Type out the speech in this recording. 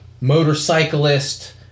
motorcyclist